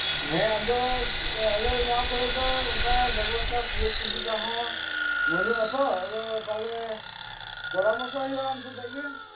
ᱦᱮᱸ ᱟᱫᱚ ᱟᱞᱮ ᱱᱚᱣᱟ ᱠᱚᱨᱮ ᱫᱚ ᱚᱝᱠᱟ ᱵᱮᱵᱚᱥᱛᱟ ᱥᱩᱡᱳᱜᱽ ᱥᱩᱵᱤᱫᱟ ᱦᱚᱸ ᱵᱟᱱᱩᱜᱼᱟ ᱛᱚ ᱟᱫᱚ ᱛᱟᱞᱦᱮ ᱯᱚᱨᱟᱢᱚᱥᱚ ᱦᱩᱭᱩᱜᱼᱟ ᱟᱢ ᱥᱟᱛᱮ ᱜᱮ